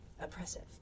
oppressive